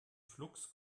flux